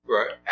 Right